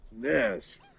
yes